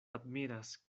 admiras